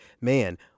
man